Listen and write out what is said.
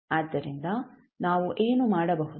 ಆದ್ದರಿಂದ ನಾವು ಏನು ಮಾಡಬಹುದು